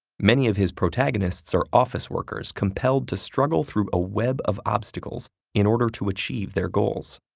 many of his protagonists are office workers compelled to struggle through a web of obstacles in order to achieve their goals,